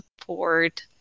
support